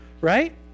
right